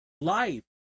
life